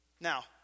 Now